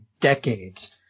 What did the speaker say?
decades